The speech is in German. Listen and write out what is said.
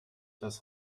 das